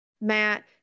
Matt